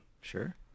sure